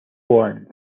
warned